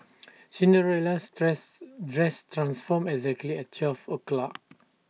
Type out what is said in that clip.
Cinderella's dresses dress transformed exactly at twelve o' clock